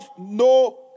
no